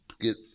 get